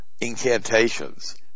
incantations